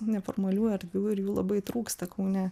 neformalių erdvių ir jų labai trūksta kaune